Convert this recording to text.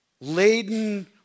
laden